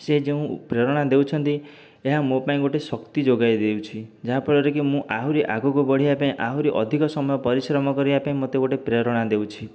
ସେ ଯେଉଁ ପ୍ରେରଣା ଦେଉଛନ୍ତି ଏହା ମୋ ପାଇଁ ଗୋଟିଏ ଶକ୍ତି ଯୋଗାଇ ଦେଉଛି ଯାହା ଫଳରେ କି ମୁଁ ଆହୁରି ଆଗକୁ ବଢ଼ିବା ପାଇଁ ଆହୁରି ଅଧିକ ସମୟ ପରିଶ୍ରମ କରିବାପାଇଁ ମୋତେ ଗୋଟିଏ ପ୍ରେରଣା ଦେଉଛି